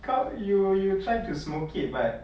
come you you try to smoke it but